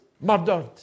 murdered